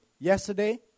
yesterday